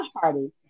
party